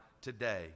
today